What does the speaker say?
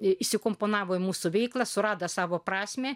įsikomponavo į mūsų veiklą surado savo prasmę